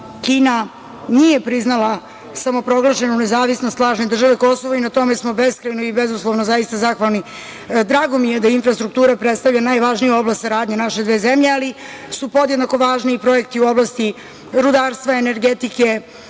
Kina nije priznala samoproglašenu nezavisnost lažne države Kosovo i na tome smo beskrajno i bezuslovno zaista zahvalni. Drago mi je da infrastruktura predstavlja najvažniju oblast saradnje naše dve zemlje, ali su podjednako važni i projekti u oblasti rudarstva, energetike,